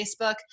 Facebook